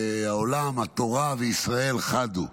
העולם, התורה וישראל חד הם.